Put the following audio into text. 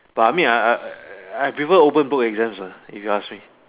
but I mean uh I prefer open book exams uh if you ask me